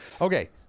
Okay